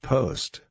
Post